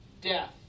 death